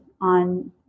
on